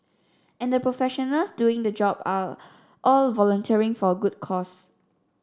and the professionals doing the job are all volunteering for a good cause